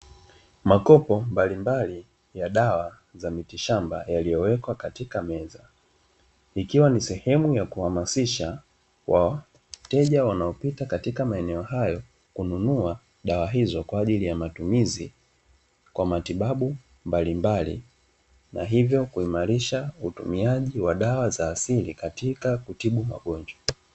Makopo mbalimbali ya dawa za mitishamba yaliyowekwa katika meza; ikiwa ni sehemu ya kuhamasisha wateja wanaopita katika maeneo hayo kununua dawa hizo kwa ajili ya matumizi kwa matibabu mbalimbali, na hivyo kuimarisha utumiaji wa dawa za asili katika kutibu magonjwa.